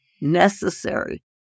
necessary